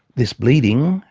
this bleeding,